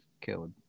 killed